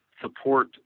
support